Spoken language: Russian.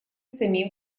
самим